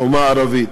האומה הערבית.